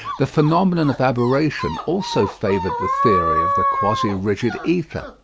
the phenomenon of aberration also favoured the theory of the quasi-rigid ether.